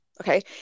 Okay